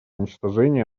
уничтожения